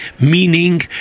meaning